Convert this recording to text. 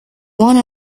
one